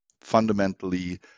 fundamentally